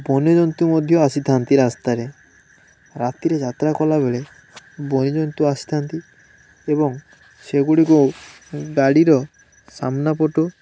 ବନ୍ୟଜନ୍ତୁ ମଧ୍ୟ ଆସିଥାନ୍ତି ରାସ୍ତାରେ ରାତିରେ ଯାତ୍ରା କଲାବେଳେ ବନ୍ୟଜନ୍ତୁ ଆସିଥାନ୍ତି ଏବଂ ସେଗୁଡ଼ିକୁ ଗାଡ଼ିର ସାମ୍ନା ପଟୁ